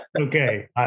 Okay